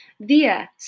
Via